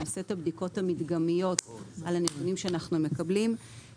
נעשה את הבדיקות המדגמיות על הנתונים שאנחנו מקבלים.